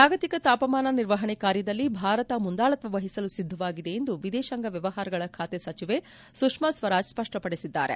ಜಾಗತಿಕ ತಾಪಮಾನ ನಿರ್ವಹಣೆ ಕಾರ್ಯದಲ್ಲಿ ಭಾರತ ಮುಂದಾಳತ್ವ ವಹಿಸಲು ಸಿದ್ಧವಾಗಿದೆ ಎಂದು ವಿದೇಶಾಂಗ ವ್ಯವಹಾರಗಳ ಖಾತೆ ಸಚಿವೆ ಸುಷ್ಮಾ ಸ್ವರಾಜ್ ಸ್ಪಷ್ಟಪಡಿಸಿದ್ದಾರೆ